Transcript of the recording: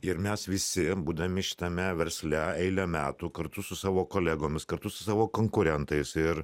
ir mes visi būdami šitame versle eilę metų kartu su savo kolegomis kartu su savo konkurentais ir